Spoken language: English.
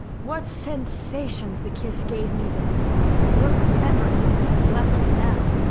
what sensations the kiss gave me then what remembrances it has left me now!